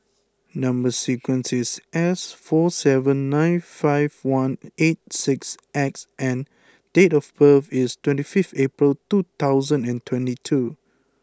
number sequence is S four seven nine five one eight six X and date of birth is twenty five April two thousand and twenty two